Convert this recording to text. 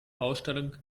ausstellung